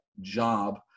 job